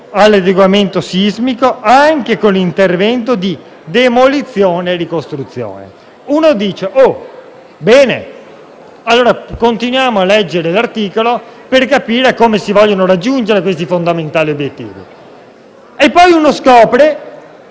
l'adeguamento sismico anche con interventi di demolizione e ricostruzione. Bene, allora continuiamo a leggere l'articolo per capire come si vogliono raggiungere tali fondamentali obiettivi. E poi scopriamo